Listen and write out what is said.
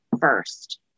first